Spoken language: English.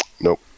Nope